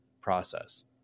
process